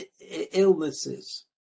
illnesses